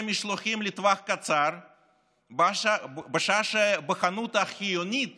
משלוחים לטווח קצר בשעה שבחנות החיונית